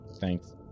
Thanks